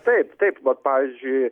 taip taip vat pavyzdžiui